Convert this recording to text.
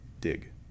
dig